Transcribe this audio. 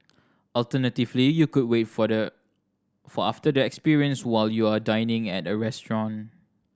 alternatively you could wait for the for after the experience while you are dining at a restaurant